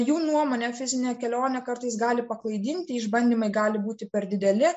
jų nuomone fizinė kelionė kartais gali paklaidinti išbandymai gali būti per dideli